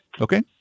Okay